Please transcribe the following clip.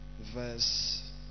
verse